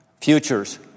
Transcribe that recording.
futures